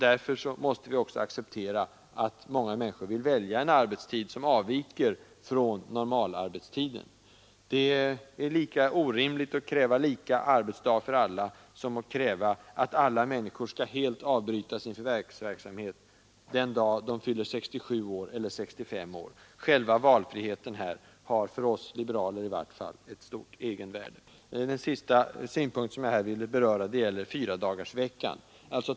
Därför måste vi också acceptera att många människor vill välja en arbetstid som avviker från normalarbetstiden. Det är lika orimligt att kräva lika arbetstid för alla, som att kräva att alla människor helt skall avbryta sin förvärvsverksamhet den dag de fyller 65 eller 67 år. Själva valfriheten har, i varje fall för oss liberaler, ett stort egenvärde. Den sista punkt som jag här vill beröra gäller fyradagarsveckan.